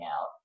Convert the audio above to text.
out